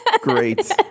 great